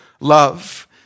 love